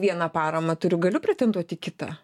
vieną paramą turiu galiu pretenduot į kitą